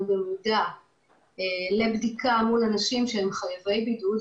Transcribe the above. במודע לבדיקה מול אנשים שהם חייבי בידוד,